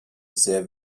sehr